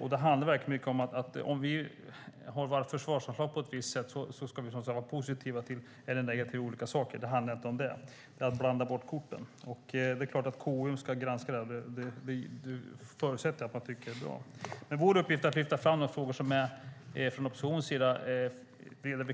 Om vi har ett visst försvarsanslag ska vi vara positiva till det, även om det gäller olika saker. Det handlar inte om det; det är att blanda bort korten. Det är klart att KU ska granska det här, och det förutsätter jag att man tycker är bra. Vår uppgift är att lyfta fram de frågor där vi från oppositionens sida